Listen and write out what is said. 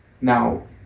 now